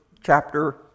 chapter